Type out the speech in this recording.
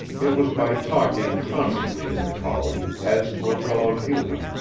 it was by talking constantly to the collie, as to a fellow human,